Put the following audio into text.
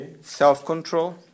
self-control